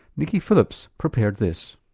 nicky phillips prepared this.